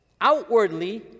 Outwardly